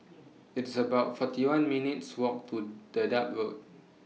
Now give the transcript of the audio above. It's about forty one minutes' Walk to Dedap Road